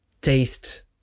taste